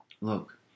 Look